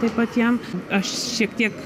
taip pat jam aš šiek tiek